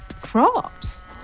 Crops